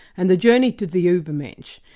and the journey to the ubermensch,